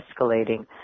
escalating